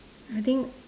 I think